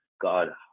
God